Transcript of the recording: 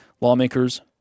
Lawmakers